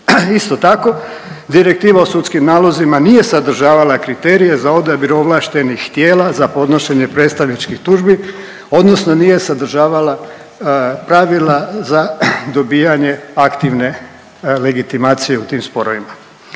Isto tako Direktiva o sudskim nalozima nije sadržavala kriterije za odabir ovlaštenih tijela za podnošenje predstavničkih tužbi odnosno nije sadržavala pravila za dobijanje aktivne legitimacije u tim sporovima.